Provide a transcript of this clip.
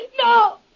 No